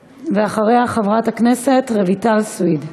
ואחריה, חברת הכנסת רויטל סויד.